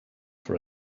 for